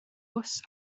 bws